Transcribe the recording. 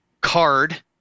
card